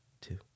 Two